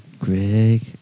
Greg